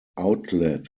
outlet